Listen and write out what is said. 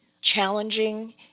challenging